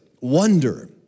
wonder